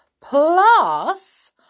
Plus